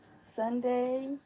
Sunday